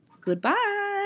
Goodbye